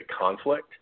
conflict